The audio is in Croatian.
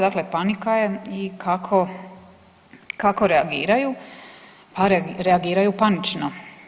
Dakle, panika je i kako reagiraju, pa reagiraju panično.